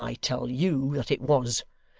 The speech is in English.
i tell you that it was,